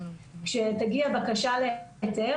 כאשר תגיע בקשה להיתר,